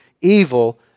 evil